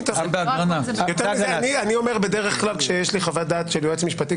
בדרך כלל כשיש לי חוות דעת של יועץ משפטי,